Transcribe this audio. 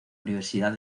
universidad